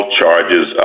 charges